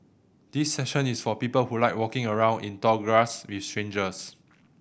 this session is for people who like walking around in tall grass with strangers